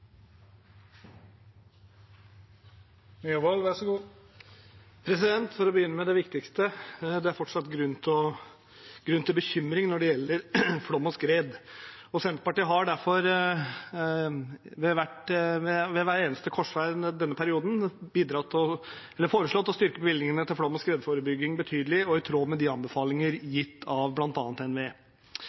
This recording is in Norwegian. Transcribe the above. fortsatt grunn til bekymring når det gjelder flom og skred. Senterpartiet har derfor ved hver eneste korsvei i denne perioden foreslått å styrke bevilgningene til flom- og skredforebygging betydelig, i tråd med anbefalinger gitt av